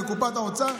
מקופת האוצר,